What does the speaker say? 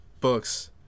books